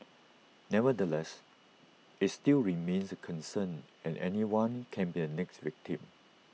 nevertheless IT still remains A concern and anyone can be the next victim